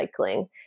recycling